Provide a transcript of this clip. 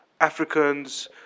Africans